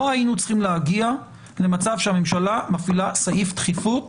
לא היינו צריכים להגיע למצב שהממשלה מפעילה סעיף דחיפות